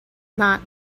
not